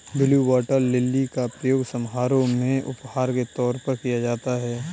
blue water lily का प्रयोग समारोह में उपहार के तौर पर किया जाता है